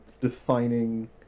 defining